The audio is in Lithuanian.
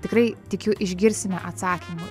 tikrai tikiu išgirsime atsakymų